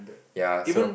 ya so